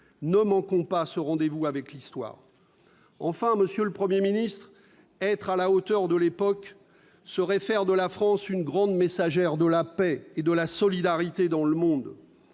Ne manquons pas ce rendez-vous avec l'histoire. Enfin, être à la hauteur de l'époque serait faire de la France une grande messagère de la paix et de la solidarité dans le monde.